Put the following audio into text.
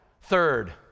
third